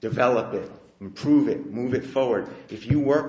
develop it improve it move it forward if you work